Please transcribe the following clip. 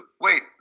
wait